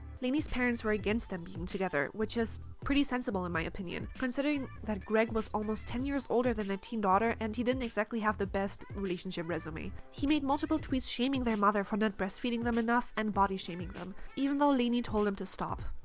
laineys parents were against them being together which is pretty sensible in my opinion, considering that greg was almost ten years older than their teen daughter and he didn't exactly have the best relationship resume. he made multiple tweets shaming their mother for not breast feeding them enough and body shaming them, even though lainey told him to stop.